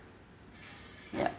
ya